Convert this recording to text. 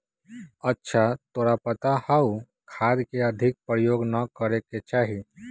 अच्छा तोरा पता हाउ खाद के अधिक प्रयोग ना करे के चाहि?